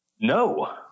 No